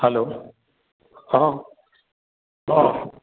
hello অঁ অঁ